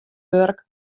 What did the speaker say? wurk